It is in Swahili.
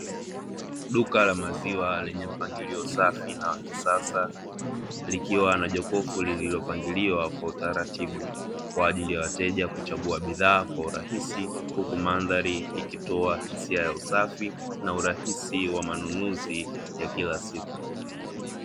Duka la maziwa lenye mpangilio safi na wakisasa likiwa na jokofu lililopangiliwa Kwa utaratibu, kwa ajili ya wateja kuchagua bidhaa kwa urahisi huku mandhari ikitoa hisia ya usafi na urahisi wa manunuzi ya kila siku.